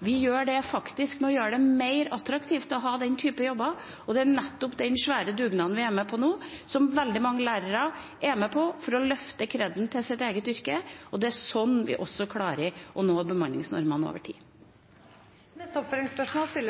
å gjøre det mer attraktivt å ha den typen jobber, og det er nettopp den svære dugnaden vi er med på nå, og som veldig mange lærere er med på for å løfte kreden til sitt eget yrke. Det er også slik vi klarer å nå bemanningsnormene over tid. Mona Fagerås – til oppfølgingsspørsmål.